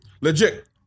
Legit